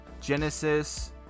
Genesis